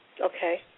Okay